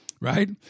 right